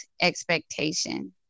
expectation